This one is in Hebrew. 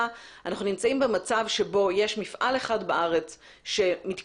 אנחנו נמצאים במצב בו יש מפעל אחד בארץ שמתקשה.